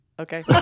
Okay